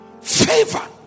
Favor